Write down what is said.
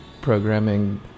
programming